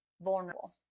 vulnerable